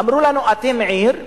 אמרו לנו: אתם עיר.